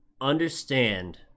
Understand